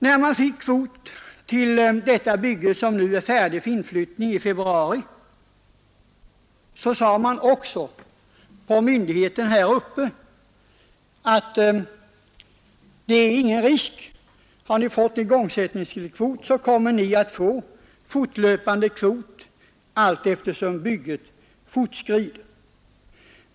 När man fick kvot till detta bygge, som blir färdigt för inflyttning i februari, sade myndigheterna här uppe i Stockholm att det är ingen risk — har ni fått igångsättningskvot kommer ni att få fortlöpande kvot allteftersom bygget fortskrider.